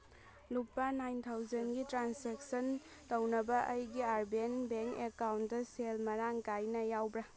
ꯂꯨꯄꯥ ꯅꯥꯏꯟ ꯊꯥꯎꯖꯟꯒꯤ ꯇ꯭ꯔꯥꯟꯁꯦꯛꯁꯟ ꯇꯧꯅꯕ ꯑꯩꯒꯤ ꯑꯥꯔ ꯕꯤ ꯑꯦꯜ ꯕꯦꯡ ꯑꯦꯀꯥꯎꯟꯗ ꯁꯦꯜ ꯃꯔꯥꯡ ꯀꯥꯏꯅ ꯌꯥꯎꯕ꯭ꯔꯥ